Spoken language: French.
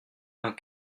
vingt